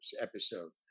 episode